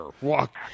walk